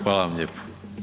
Hvala vam lijepo.